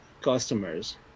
customers